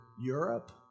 Europe